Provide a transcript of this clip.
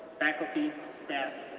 faculty, staff,